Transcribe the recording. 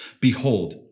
Behold